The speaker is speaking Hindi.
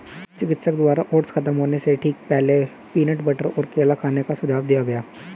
चिकित्सक द्वारा ओट्स खत्म होने से ठीक पहले, पीनट बटर और केला खाने का सुझाव दिया गया